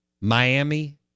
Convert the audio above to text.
Miami